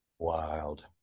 Wild